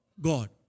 God